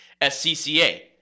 SCCA